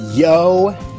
Yo